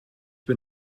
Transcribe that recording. bin